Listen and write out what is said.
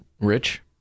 Rich